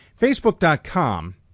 Facebook.com